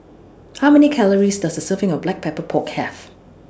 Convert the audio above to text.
How Many Calories Does A Serving of Black Pepper Pork Have